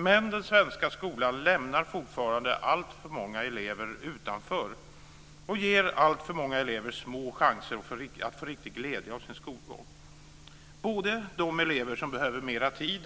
Men den svenska skolan lämnar fortfarande alltför många elever utanför och ger alltför många elever små chanser att få riktig glädje av sin skolgång. Både de elever som behöver mer tid